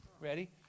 Ready